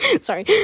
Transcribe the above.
sorry